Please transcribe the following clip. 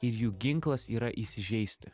ir jų ginklas yra įsižeisti